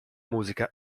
musica